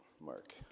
Mark